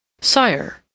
Sire